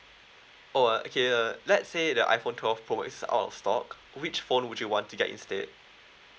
oh okay uh let's say the iphone twelve pro is out of stock which phone would you want to get instead